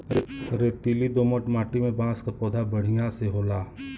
रेतीली दोमट माटी में बांस क पौधा बढ़िया से होला